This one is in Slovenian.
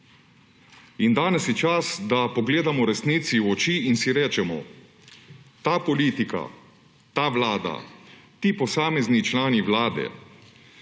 In danes je čas, da pogledamo resnici v oči in si rečemo, ta politika, ta vlada, ti posamezni člani vlade,